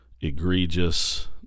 egregious